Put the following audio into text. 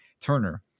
Turner